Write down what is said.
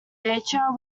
nature